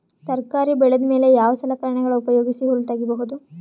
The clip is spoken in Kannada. ತರಕಾರಿ ಬೆಳದ ಮೇಲೆ ಯಾವ ಸಲಕರಣೆಗಳ ಉಪಯೋಗಿಸಿ ಹುಲ್ಲ ತಗಿಬಹುದು?